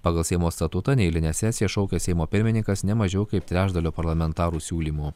pagal seimo statutą neeilinę sesiją šaukia seimo pirmininkas ne mažiau kaip trečdalio parlamentarų siūlymu